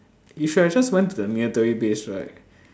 you should have just went to the military base right